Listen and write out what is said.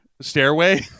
stairway